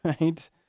right